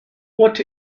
what